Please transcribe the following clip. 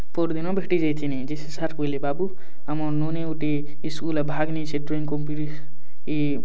ପର୍ଦିନ ଭେଟି ଯାଇଥିଲି ଯେ ସେ ସାର୍ କହେଲେ ବାବୁ ଆମର୍ ନନି ଗୁଟେ ସ୍କୁଲ୍ ରେ ଭାଗ୍ ନେଇଛେ ଡ୍ରଇଂ କମ୍ପିଡ଼ି ଇ